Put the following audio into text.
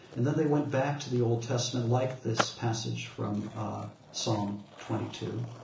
and then they went back to the old testament, like this passage from psalm twenty two,